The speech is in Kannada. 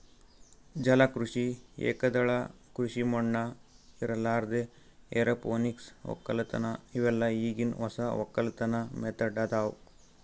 ಜಲ ಕೃಷಿ, ಏಕದಳ ಕೃಷಿ ಮಣ್ಣ ಇರಲಾರ್ದೆ ಎರೋಪೋನಿಕ್ ವಕ್ಕಲತನ್ ಇವೆಲ್ಲ ಈಗಿನ್ ಹೊಸ ವಕ್ಕಲತನ್ ಮೆಥಡ್ ಅದಾವ್